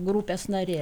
grupės narė